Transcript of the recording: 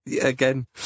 Again